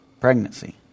pregnancy